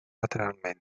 lateralmente